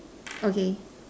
okay